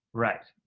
right.